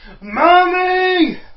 Mommy